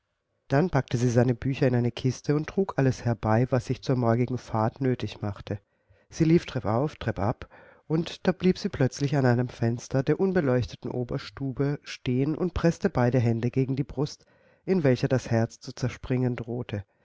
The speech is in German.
dann packte sie seine bücher in eine kiste und trug alles herbei was sich zur morgigen fahrt nötig machte sie lief treppauf treppab und da blieb sie plötzlich an einem fenster der unbeleuchteten oberstube stehen und preßte beide hände gegen die brust in welcher das herz zu zerspringen drohte